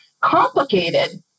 Complicated